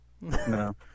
No